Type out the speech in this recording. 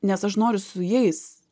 nes aš noriu su jais